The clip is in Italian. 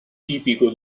tipico